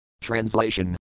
Translation